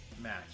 match